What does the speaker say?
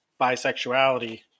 bisexuality